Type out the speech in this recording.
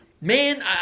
man